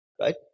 right